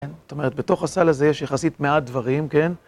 אז בתוך הסל הזה יש יחסית מעט דברים, כן?